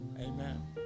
Amen